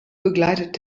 begleitet